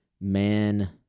man